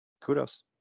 kudos